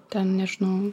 ten nežinau